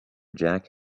jack